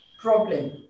problem